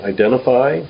Identify